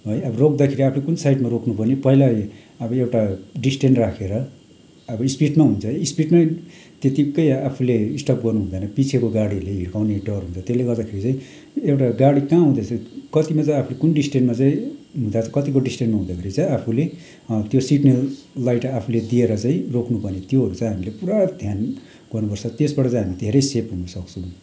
है अब रोक्दाखेरि आफूले कुन साइडमा रोक्नु पर्ने पहिला अब एउटा डिस्ट्यान्स राखेर अब स्पिडमा हुन्छ स्पिडमै त्यतिकै आफूले स्टप गर्नु हुँदैन पिछेको गाडीहरूले हिर्काउने डर हुन्छ त्यसले गर्दाखेरि चाहिँ एउटा गाडी कहाँ आउँदैछ कतिमा चाहिँ आफूले कुन डिस्ट्यान्समा चाहिँ हुँदा चाहिँ कतिको डिस्ट्यान्समा हुँदाखेरि चाहिँ आफूले त्यो सिग्नेल लाइट आफूले दिएर चाहिँ रोक्नु पर्ने त्योहरू चाहिँ हामीले पुरा ध्यान गर्नुपर्छ त्यसबाट चाहिँ हामी धेरै सेफ हुनुसक्छुम्